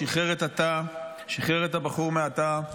שחרר את הבחור מהתא.